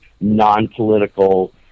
non-political